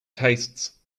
tastes